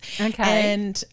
Okay